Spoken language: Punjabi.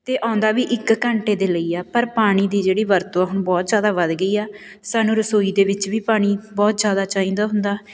ਅਤੇ ਆਉਂਦਾ ਵੀ ਇੱਕ ਘੰਟੇ ਦੇ ਲਈ ਆ ਪਰ ਪਾਣੀ ਦੀ ਜਿਹੜੀ ਵਰਤੋਂ ਆ ਹੁਣ ਬਹੁਤ ਜ਼ਿਆਦਾ ਵੱਧ ਗਈ ਆ ਸਾਨੂੰ ਰਸੋਈ ਦੇ ਵਿੱਚ ਵੀ ਪਾਣੀ ਬਹੁਤ ਜ਼ਿਆਦਾ ਚਾਹੀਦਾ ਹੁੰਦਾ